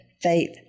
Faith